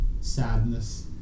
sadness